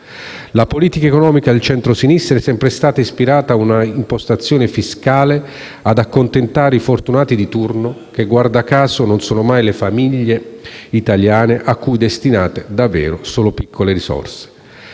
La politica economica del centrosinistra è sempre stata ispirata ad un'alta imposizione fiscale, ad accontentare i fortunati di turno che, guarda caso, non sono mai le famiglie italiane a cui destinate davvero risorse